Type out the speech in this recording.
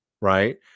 Right